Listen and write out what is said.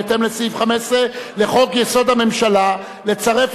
בהתאם לסעיף 15 לחוק-יסוד: הממשלה לצרף